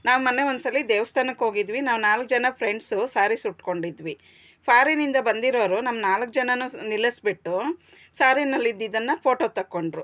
ನಾವು ಮೊನ್ನೆ ಒಂದ್ಸಲ ದೇವಸ್ಥಾನಕ್ಕೋಗಿದ್ವಿ ನಾವು ನಾಲ್ಕು ಜನ ಫ್ರೆಂಡ್ಸ್ ಸಾರೀಸ್ ಉಟ್ಕೊಂಡಿದ್ವಿ ಫಾರೀನಿಂದ ಬಂದಿರೋರು ನಮ್ಮ ನಾಲ್ಕು ಜನ್ರನ್ನೂ ನಿಲ್ಲಿಸ್ಬಿಟ್ಟು ಸಾರಿಯಲ್ಲಿ ಇದ್ದಿದನ್ನು ಫೋಟೋ ತಗೊಂಡ್ರು